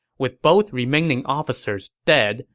with both remaining officers dead,